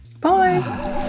bye